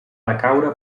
decaure